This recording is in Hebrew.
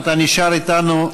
אתה נשאר איתנו.